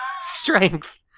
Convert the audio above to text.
strength